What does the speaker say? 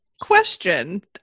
question